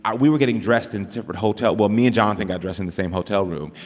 um we were getting dressed in separate hotel well, me and jonathan got dressed in the same hotel room.